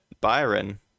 Byron